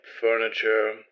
furniture